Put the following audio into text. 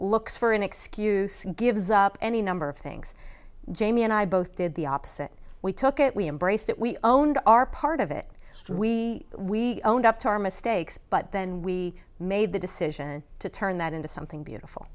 looks for an excuse and gives up any number of things jamie and i both did the opposite we took it we embraced it we own our part of it we we owned up to our mistakes but then we made the decision to turn that into something beautiful